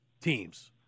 teams